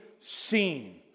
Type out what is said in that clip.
seen